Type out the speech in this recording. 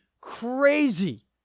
crazy